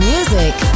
Music